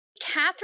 Catherine